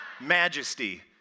majesty